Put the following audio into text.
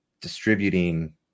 distributing